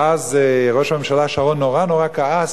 ואז ראש הממשלה שרון נורא נורא כעס: